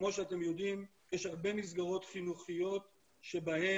כמו שאתם יודעים יש הרבה מסגרות חינוכיות שבהן